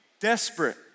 desperate